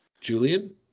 Julian